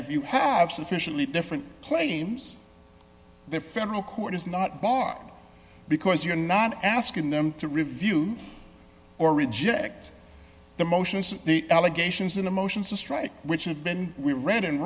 if you have sufficiently different claims their federal court is not bar because you're not asking them to review or reject the motions of the allegations in a motion to strike which have been we read and